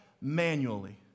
manually